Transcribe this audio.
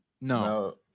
No